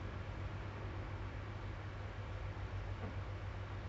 just enough for his family ah I cannot really move into his place